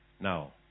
Now